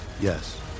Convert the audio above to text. Yes